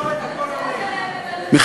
הכול עולה, חוץ מההודעות לתקשורת הכול עולה.